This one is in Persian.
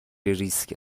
ریسک